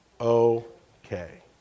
okay